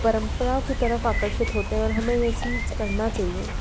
परम्पराओं की तरफ आकर्षित होते हैं और हमेंये चीज़ करना चाहिए